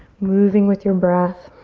moving with your breath.